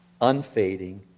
unfading